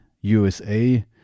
USA